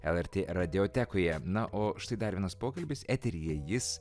lrt radiotekoje na o štai dar vienas pokalbis eteryje jis